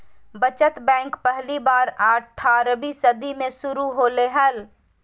बचत बैंक पहली बार अट्ठारहवीं सदी में शुरू होले हल